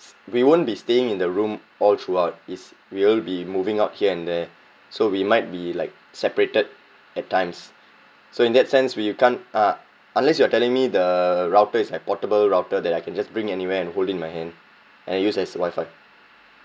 we won't be staying in the room all throughout is we'll be moving out here and there so we might be like separated at times so in that sense where you can't uh unless you are telling me the router is like portable router that I can just bring anywhere and hold in my hand and then used as wifi